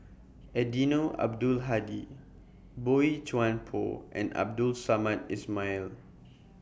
Eddino Abdul Hadi Boey Chuan Poh and Abdul Samad Ismail